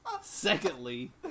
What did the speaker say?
Secondly